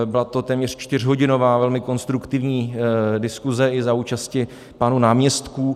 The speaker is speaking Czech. Byla to téměř čtyřhodinová, velmi konstruktivní diskuze i za účasti pánů náměstků.